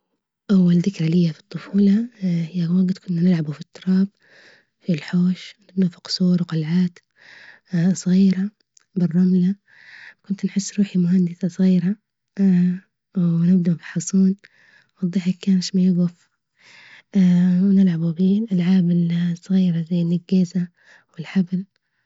أول ذكرى ليه في الطفولة هي وجت كنا نلعبوا في التراب في الحوش و سور وقلعات صغيرة بالرملة كنت نحس روحي مهندسة صغيرة ونبدأ بالحصون والضحك كانش ما يجف، ونلعبوا بيه الألعاب الصغيرة زي النجيزة والحبل.